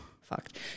fucked